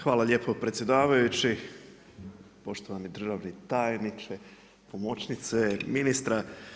Hvala lijepo predsjedavajući, poštovani državni tajniče, pomoćnice ministra.